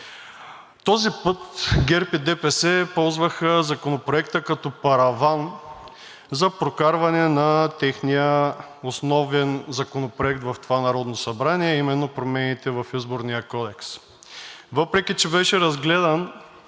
Този път ГЕРБ и ДПС ползваха Законопроекта като параван за прокарване на техния основен Законопроект в това Народно събрание, а именно промените в Изборния кодекс. Въпреки че беше разгледан